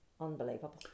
unbelievable